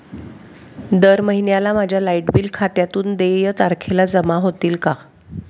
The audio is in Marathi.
दर महिन्याला माझ्या लाइट बिल खात्यातून देय तारखेला जमा होतील का?